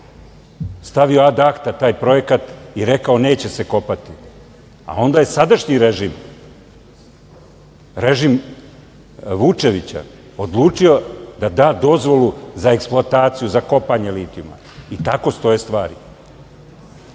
stavio ad akta taj projekat i rekao - neće se kopati, a onda je sadašnji režim, režim Vučevića odlučio da da dozvolu za eksploataciju, za kopanje litijuma i tako stoje stvari. Ni